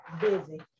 busy